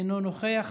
אינו נוכח.